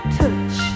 touch